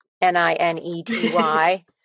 N-I-N-E-T-Y